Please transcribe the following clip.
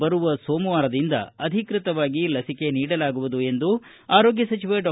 ಬರುವ ಸೋಮವಾರದಿಂದ ಅಧಿಕೃತವಾಗಿ ಲಸಿಕೆ ನೀಡಲಾಗುವುದು ಎಂದು ಆರೋಗ್ಡ ಸಚಿವ ಡಾ